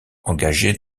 engagés